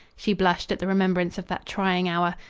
she blushed at the remembrance of that trying hour.